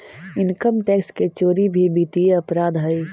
income tax के चोरी भी वित्तीय अपराध हइ